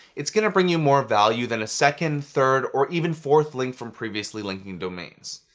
it's gonna bring you more value than a second, third, or even fourth link from previously linking domains.